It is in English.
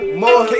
more